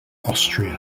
austria